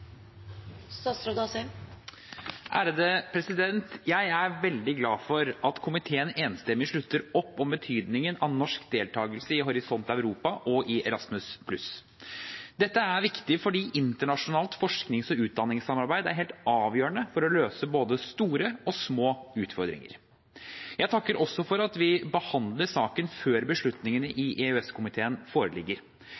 veldig glad for at komiteen enstemmig slutter opp om betydningen av norsk deltakelse i Horisont Europa og i Erasmus+. Dette er viktig fordi internasjonalt forsknings- og utdanningssamarbeid er helt avgjørende for å løse både store og små utfordringer. Jeg takker også for at vi behandler saken før beslutningene i